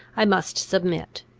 i must submit.